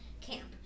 camp